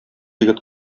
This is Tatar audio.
егет